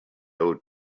old